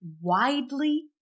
widely